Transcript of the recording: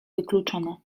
wykluczone